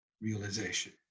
realization